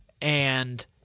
and-